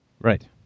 Right